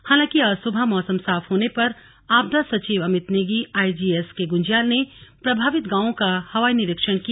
हालांकि आज सुबह मौसम साफ पर होने आपदा सचिव अमित नेगी आईजी एसके गुंज्याल ने प्रभावित गांवों का हवाई निरीक्षण किया